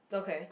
okay